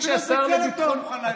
אפילו על בצלם אתה לא מוכן להגיד ביקורת.